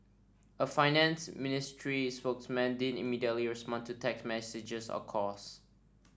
a finance ministry spokesperson didn't immediately respond to text messages or calls